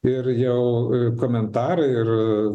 ir jau komentarai ir